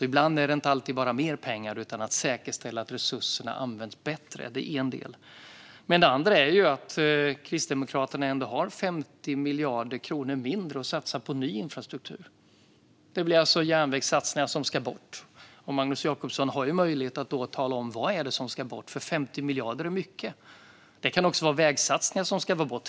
Ibland är det inte bara mer pengar som krävs, utan vi måste också säkerställa att resurserna används bättre. Det är en del. Det andra är att Kristdemokraterna ändå har 50 miljarder kronor mindre att satsa på ny infrastruktur. Det blir alltså järnvägssatsningar som ska bort. Magnus Jacobsson har nu möjlighet att tala om vad det är som ska bort, för 50 miljarder är mycket. Det kan också vara vägsatsningar som ska bort.